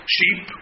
Sheep